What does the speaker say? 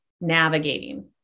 navigating